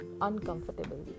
uncomfortable